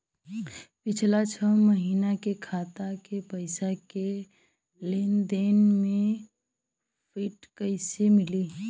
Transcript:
पिछला छह महीना के खाता के पइसा के लेन देन के प्रींट कइसे मिली?